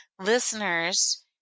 listeners